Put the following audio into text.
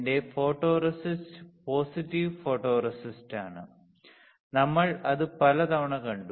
എന്റെ photoresist positive ഫോട്ടോറെസിസ്റ്റാണ് നമ്മൾ അത് പല തവണ കണ്ടു